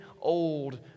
old